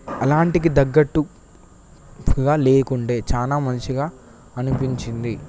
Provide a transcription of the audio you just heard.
అలాంటికి తగ్గట్టు లేకుంటే చాలా మంచిగా అనిపించింది